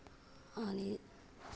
आने